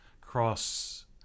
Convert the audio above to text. cross